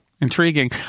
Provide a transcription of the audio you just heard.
Intriguing